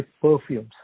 perfumes